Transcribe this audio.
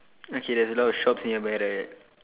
okay there's a lot of shops nearby right